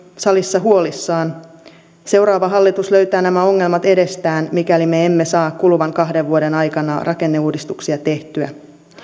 salissa huolissaan seuraava hallitus löytää nämä ongelmat edestään mikäli me emme saa kuluvien kahden vuoden aikana rakenneuudistuksia tehtyä